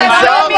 מוזר.